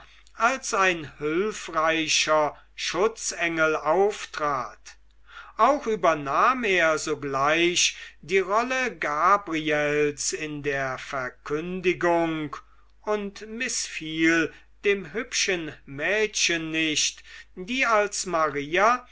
als ein hülfreicher schutzengel auftrat auch übernahm er sogleich die rolle gabriels in der verkündigung und mißfiel dem hübschen mädchen nicht die als maria